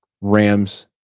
Rams